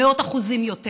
במאות אחוזים יותר.